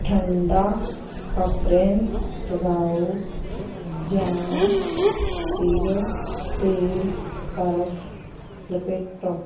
ਠੰਡਾ ਅਪ੍ਰਿੰਨ ਲਗਾਓ ਜਾਂ ਸਿਰ 'ਤੇ ਬਰਫ ਲਪੇਟੋ